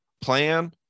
plan